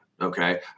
okay